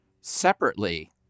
separately